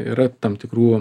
yra tam tikrų